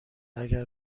اگر